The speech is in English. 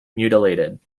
mutilated